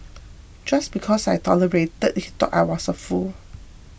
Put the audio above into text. just because I tolerated he thought I was a fool